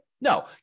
No